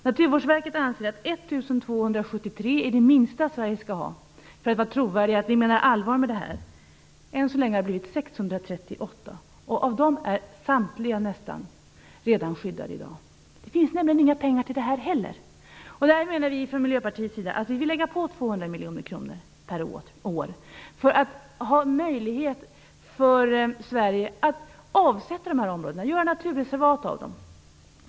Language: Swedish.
Naturvårdsverket anser att 1 273 är det minsta Sverige skall ha, för att någon skall tro att vi menar allvar med detta. Än så länge har det blivit 638 områden. Av dem är nästan samtliga skyddade redan i dag. Det finns nämligen inga pengar till detta heller. Vi i Miljöpartiet vill lägga på 200 miljoner kronor per år, för att ha möjlighet att avsätta dessa områden i Sverige. Man kan göra naturreservat av dem.